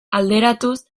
alderatuz